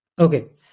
Okay